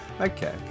Okay